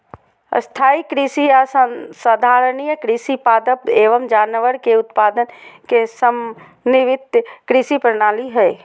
स्थाई कृषि या संधारणीय कृषि पादप एवम जानवर के उत्पादन के समन्वित कृषि प्रणाली हई